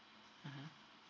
mmhmm